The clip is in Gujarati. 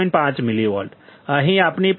5 મિલીવોલ્ટ અહીં આપણી પાસે 300